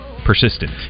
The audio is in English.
Persistent